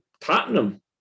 Tottenham